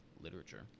literature